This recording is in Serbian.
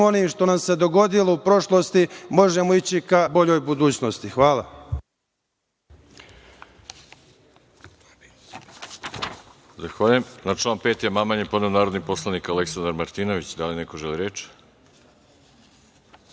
onim što nam se dogodilo u prošlosti, možemo ići ka boljoj budućnosti. Hvala.